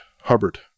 Hubbard